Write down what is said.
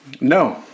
No